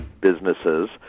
businesses